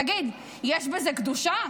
תגיד, יש בזה קדושה,